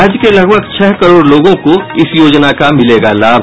राज्य के लगभग छह करोड़ लोगों को इस योजना का मिलेगा लाभ